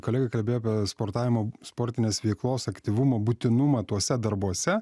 kolega kalbėjo apie sportavimo sportinės veiklos aktyvumo būtinumą tuose darbuose